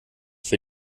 für